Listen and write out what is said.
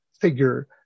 figure